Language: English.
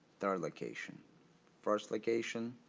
third location first location.